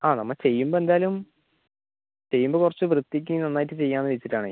ആ നമ്മൾ ചെയ്യുമ്പോൾ എന്തായാലും ചെയ്യുമ്പോൾ കുറച്ച് വൃത്തിക്ക് നന്നായിട്ട് ചെയ്യാമെന്ന് വച്ചിട്ടാണ്